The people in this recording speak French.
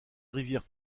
rivière